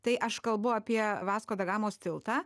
tai aš kalbu apie vasko da gamos tiltą